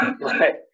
Right